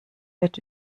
wird